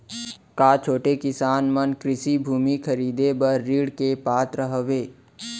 का छोटे किसान मन कृषि भूमि खरीदे बर ऋण के पात्र हवे?